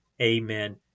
Amen